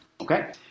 Okay